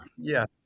yes